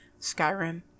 skyrim